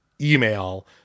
email